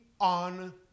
on